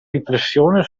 riflessione